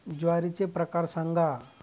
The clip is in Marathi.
ज्वारीचे प्रकार सांगा